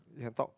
you can talk